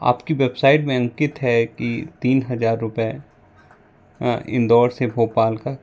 आपकी वेबसाइट में अंकित है कि तीन हजार रूपए इंदौर से भोपाल का